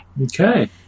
Okay